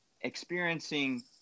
experiencing